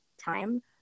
time